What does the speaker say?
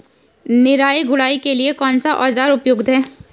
निराई गुड़ाई के लिए कौन सा औज़ार उपयुक्त है?